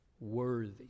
worthy